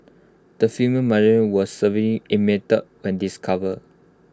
the female was severely emaciated when discovered